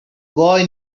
boy